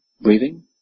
breathing